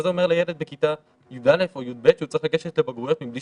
מה זה אומר לילד בכיתה י"א או י"ב שהוא צריך לגשת לבגרויות מבלי